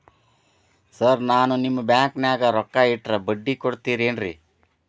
Sir ನಾನು ನಿಮ್ಮ ಬ್ಯಾಂಕನಾಗ ರೊಕ್ಕ ಇಟ್ಟರ ಬಡ್ಡಿ ಕೊಡತೇರೇನ್ರಿ?